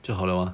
就好 liao [what]